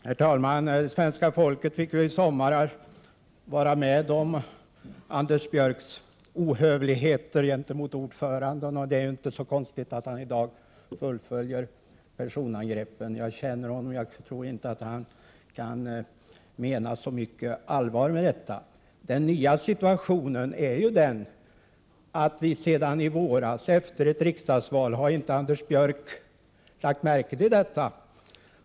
Herr talman! Svenska folket fick ju i somras vara med om Anders Björcks ohövligheter gentemot ordföranden i KU, och det är inte så konstigt att han i dag fullföljer personangreppen. Jag känner honom, och jag tror att han inte kan mena så mycket allvar med detta. Har inte Anders Björck lagt märke till att vi sedan i våras efter riksdagsvalet har fått ett nytt parti i riksdagen?